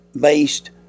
based